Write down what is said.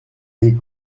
les